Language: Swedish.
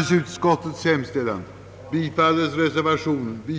församlings möte i Strasbourg.